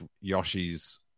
Yoshi's